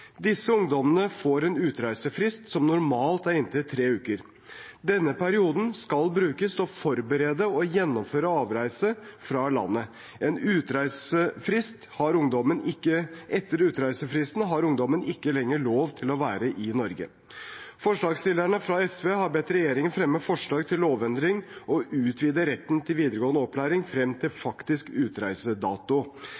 Disse ungdommene får en utreisefrist som normalt er inntil tre uker. Denne perioden skal brukes til å forberede og gjennomføre avreise fra landet. Etter utreisefristen har ungdommen ikke lenger lov til å være i Norge. Forslagsstillerne fra SV har bedt regjeringen fremme forslag til lovendring og utvide retten til videregående opplæring frem til